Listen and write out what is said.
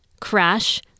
crash